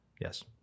Yes